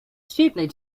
steeply